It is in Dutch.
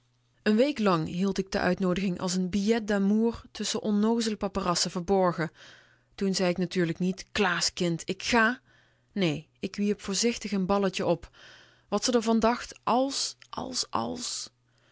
n week lang hield ik de uitnoodiging als n billet damour tusschen onnoozele paperassen verborgentoen zei ik natuurlijk niet klaas kind ik gà nee ik wierp voorzichtig n balletje op wat ze r van dacht als